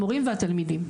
המורים והתלמידים.